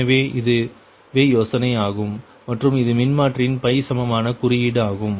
எனவே இதுவே யோசனை ஆகும் மற்றும் இது மின்மாற்றியின் சமான குறியீடு ஆகும்